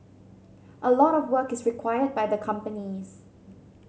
a lot of work is required by the companies